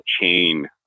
chain